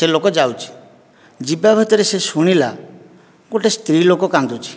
ସେ ଲୋକ ଯାଉଛି ଯିବା ଭିତରେ ସେ ଲୋକ ଶୁଣିଲା ଗୋଟିଏ ସ୍ତ୍ରୀ ଲୋକ କାନ୍ଦୁଛି